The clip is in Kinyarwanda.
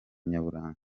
nyaburanga